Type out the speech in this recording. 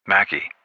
Mackie